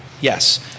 yes